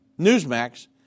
Newsmax